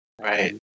Right